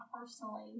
personally